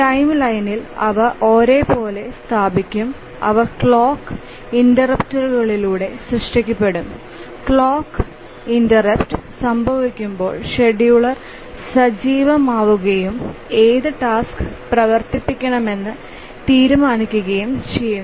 ടൈംലൈനിൽ അവ ഒരേപോലെ സ്ഥാപിക്കും അവ ക്ലോക്ക് ഇന്ററപ്റ്റുകളിലൂടെ സൃഷ്ടിക്കപ്പെടും ക്ലോക്ക് ഇന്ററപ്റ്റ് സംഭവിക്കുമ്പോൾ ഷെഡ്യൂളർ സജീവമാവുകയും ഏത് ടാസ്ക് പ്രവർത്തിപ്പിക്കണമെന്ന് തീരുമാനിക്കുകയും ചെയ്യുന്നു